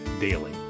Daily